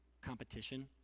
competition